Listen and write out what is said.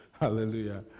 Hallelujah